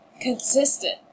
Consistent